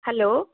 hello